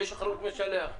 יש אחריות משלח.